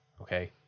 Okay